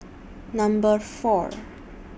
Number four